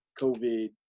COVID